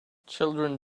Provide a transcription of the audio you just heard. children